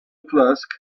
flask